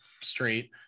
straight